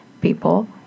people